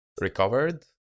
recovered